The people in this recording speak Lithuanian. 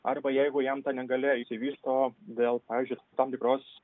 arba jeigu jam ta negalia išsivysto dėl pavyzdžiui tam tikros